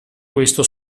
questo